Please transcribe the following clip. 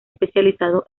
especializado